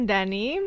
Danny